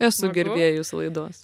esu girdėjus laidos